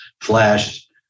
flashed